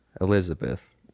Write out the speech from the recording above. Elizabeth